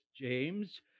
James